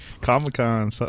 Comic-Con